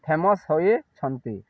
famous ହୋଇଛନ୍ତି